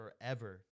forever